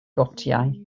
gotiau